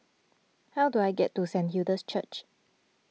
how do I get to Saint Hilda's Church